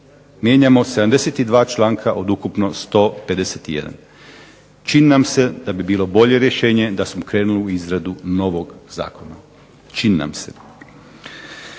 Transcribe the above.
mijenjamo 72 članka od ukupno 151. Čini nam se da bi bilo bolje rješenje da smo krenuli u izradu novog zakona. čini nam se.